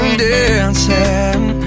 dancing